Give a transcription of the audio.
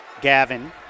Gavin